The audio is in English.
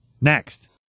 Next